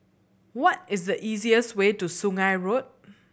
what is the easiest way to Sungei Road